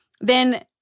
then-